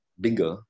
bigger